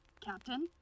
Captain